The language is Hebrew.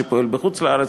שפועל בחוץ-לארץ,